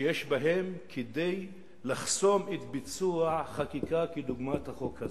שיש בהם כדי לחסום את ביצוע החקיקה כדוגמת החוק הזה.